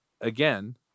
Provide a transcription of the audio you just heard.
again